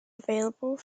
available